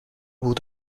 بود